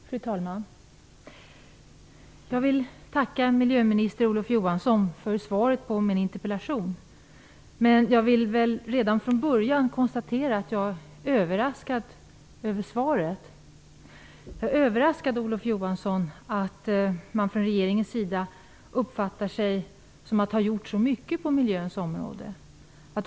Fru talman! Jag vill tacka miljöminister Olof Johansson för svaret på min interpellation. Jag vill redan från början säga att jag är överraskad över svaret. Jag är överraskad över att man från regeringens sida uppfattar att man gjort så mycket på miljöområdet.